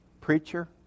preacher